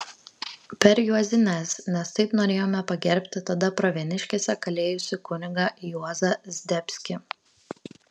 per juozines nes taip norėjome pagerbti tada pravieniškėse kalėjusi kunigą juozą zdebskį